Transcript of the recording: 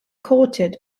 courted